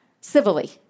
civilly